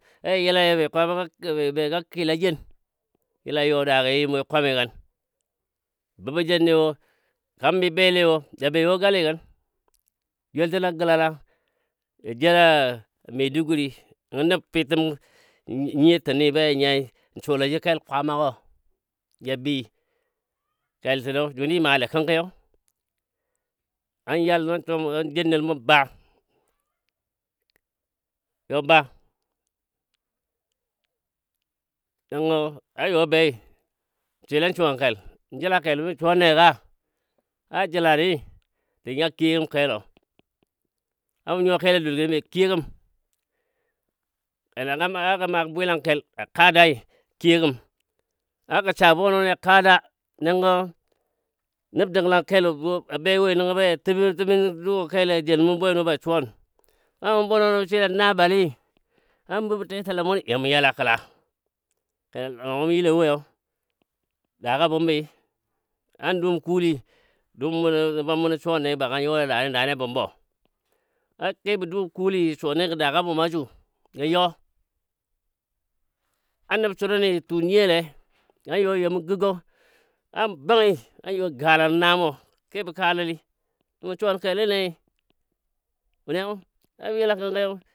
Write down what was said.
yaji yelai be kwaamagɔ ki be ga kilajen yila ja you a daagɔ jə yimwoi kwamigən, bə bəbɔ jenne wo, kambi bele wo ja bewo gali gən joultən a gəlala ja jel a Maiduguri nəngə nəbfiitəm nyiyo təni baja nyai n sula ji kel kwama gɔ ja bəi keltənɔ juni ja male kənkiyo an yal nən suwa mɔ an jou nəl mu ba you ba nəngɔ na you bai mə swile suwankel n'jəla kelo mə suwannai ka? a jəlani tən ya kiyo gəm kelo amu nyuwa kel a dul gəni be kiyo gəm kena a ga magɔ bwilankel a ka dai kiyo gəm a gə sa bonoli a kada nəngɔ nəb dənlang kelɔ wo a bewoi na bonɔli mu swile na bali namu bəbo tetəlam muni ya mu yal a kəla kena lɔngɔ mu yilɔ woi yo daagɔ a bumbii a dum kuli dummuno nəbam muno suwanəi gə bekan you le a dani daagɔ a bumbɔ an kebɔ dum kuli jasuwanne gɔ daa gɔ bumasu gən you an nəb suruni jə tun nyo le nan youi you mə gəgɔ an bənyi an you galano namo keba kanəli mə suwan kelni le nyi, wuniyo a bə yila kənki yo.